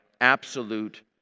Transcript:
absolute